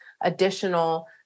additional